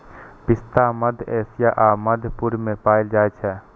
पिस्ता मध्य एशिया आ मध्य पूर्व मे पाएल जाइ छै